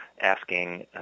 asking